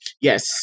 Yes